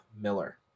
Miller